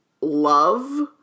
love